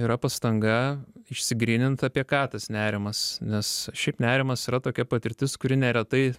yra pastanga išsigryninti apie ką tas nerimas nes šiaip nerimas yra tokia patirtis kuri neretai